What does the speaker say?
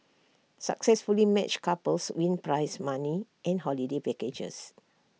successfully matched couples win prize money and holiday packages